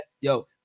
yo